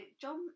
John